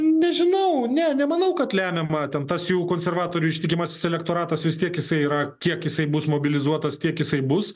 nežinau ne nemanau kad lemiamą ten tas jų konservatorių ištikimasis elektoratas vis tiek jisai yra kiek jisai bus mobilizuotas tiek jisai bus